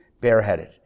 bareheaded